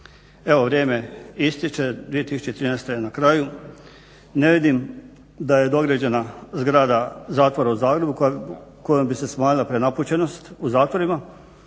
Evo vrijeme ističe, 2013. je na kraju, ne vidim da je dograđena zgrada Zatvora u Zagrebu kojom bi se smanjila prenapučenost u zatvorima